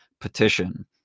petition